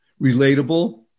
relatable